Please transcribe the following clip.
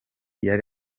yari